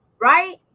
right